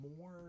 more